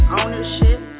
ownership